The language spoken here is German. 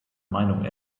meinung